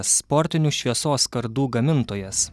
sportinių šviesos kardų gamintojas